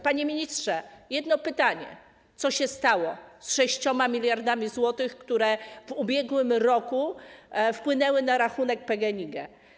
Panie ministrze, jedno pytanie: Co się stało z 6 mld zł, które w ubiegłym roku wpłynęły na rachunek PGNiG?